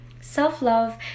self-love